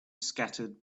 scattered